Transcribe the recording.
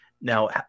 Now